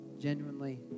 Genuinely